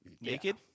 Naked